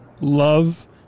love